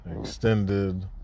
extended